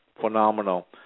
phenomenal